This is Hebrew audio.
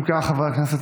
אם כך חברי הכנסת,